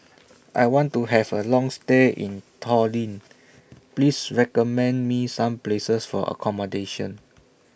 I want to Have A Long stay in Tallinn Please recommend Me Some Places For accommodation